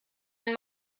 ein